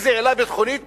איזה עילה ביטחונית